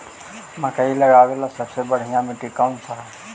मकई लगावेला सबसे बढ़िया मिट्टी कौन हैइ?